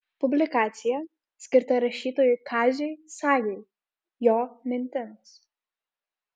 publikacija skirta rašytojui kaziui sajai jo mintims